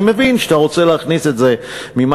ואני מבין שאתה רוצה להכניס את זה אחרי